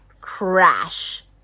Crash